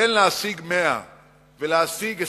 בין להשיג 100 ולהשיג 20,